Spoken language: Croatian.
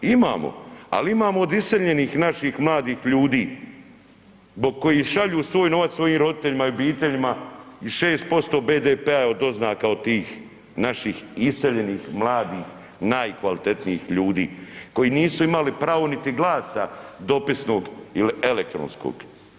Imamo, ali imamo od iseljenih naših mladih ljudi zbog kojih šalju svoj novac svojim roditeljima i obiteljima i 6% BDP-a je od doznaka od tih naših iseljenih mladih najkvalitetnijih ljudi koji nisu imali pravo niti glasa dopisnog ili elektronskog.